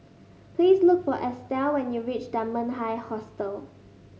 please look for Estell when you reach Dunman High Hostel